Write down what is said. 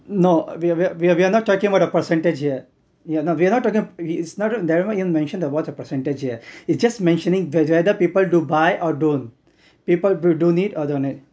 no we're we're we're not talking about the percentage here yeah no we're not talking it is not that what you mentioned about what's the percentage here it is just mentioning whether people do buy or don't people will do need or don't need